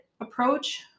approach